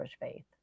faith